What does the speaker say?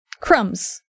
crumbs